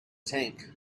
tank